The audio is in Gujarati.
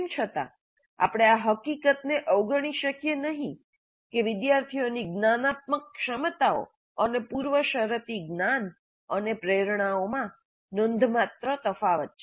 તેમ છતાં આપણે આ હકીકતને અવગણી શકીએ નહીં કે વિદ્યાર્થીઓ ની જ્ઞાનાત્મક ક્ષમતાઓ અને પૂર્વશરતી જ્ઞાન અને પ્રેરણાઓમાં નોંધપાત્ર તફાવત છે